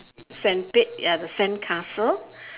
sandpit ya the sandcastle